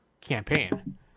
campaign